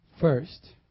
first